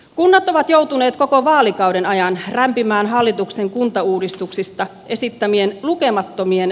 kunnat ovat joutuneet koko vaalikauden ajan lämpimään hallituksen kuntauudistuksesta esittämien lukemattomien